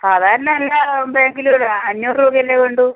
സാധാരണ എല്ലാ ബാങ്കിലും ഒരു അഞ്ഞൂറ് രൂപയല്ലേ വേണ്ടൂ